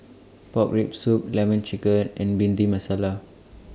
Pork Rib Soup Lemon Chicken and Bhindi Masala